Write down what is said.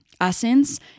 essence